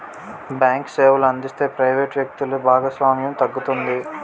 bank సేవలు అందిస్తే private వ్యక్తులు భాగస్వామ్యం తగ్గుతుంది